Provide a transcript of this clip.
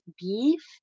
beef